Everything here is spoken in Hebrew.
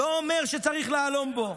לא אומר שצריך להלום בו.